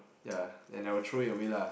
ya and I will throw it away lah